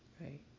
Right